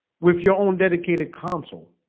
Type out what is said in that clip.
if your own dedicated counsel,